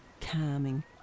calming